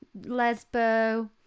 Lesbo